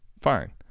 Fine